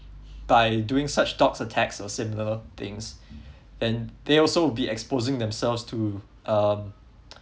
by doing such dox attacks or similar things then they also be exposing themselves to um